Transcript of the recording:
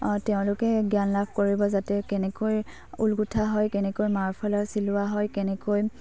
তেওঁলোকে জ্ঞান লাভ কৰিব যাতে কেনেকৈ ঊল গোঁঠা হয় কেনেকৈ মাৰফালা চিলোৱা হয় কেনেকৈ